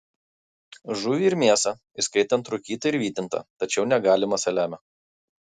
žuvį ir mėsą įskaitant rūkytą ir vytintą tačiau negalima saliamio